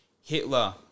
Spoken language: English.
Hitler